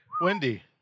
Wendy